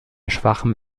schwachem